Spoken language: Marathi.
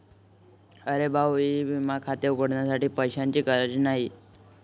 अरे भाऊ ई विमा खाते उघडण्यासाठी पैशांची गरज नाही